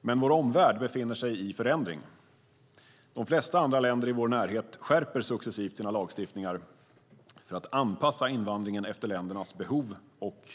Men vår omvärld befinner sig i förändring. De flesta andra länder i vår närhet skärper successivt sina lagstiftningar för att anpassa invandringen efter ländernas behov och